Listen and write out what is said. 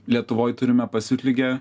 lietuvoj turime pasiutligę